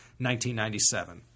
1997